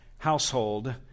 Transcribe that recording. Household